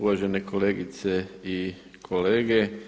Uvažene kolegice i kolege.